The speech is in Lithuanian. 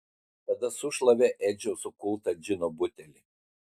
tada sušlavė edžio sukultą džino butelį